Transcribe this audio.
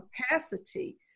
capacity